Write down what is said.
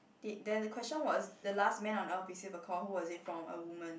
there's a question was the last man on earth receive a call who was it from a woman